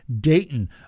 Dayton